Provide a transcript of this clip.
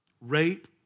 Rape